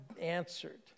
answered